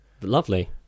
Lovely